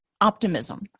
optimism